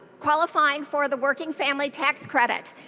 qualifying for the working family tax credit.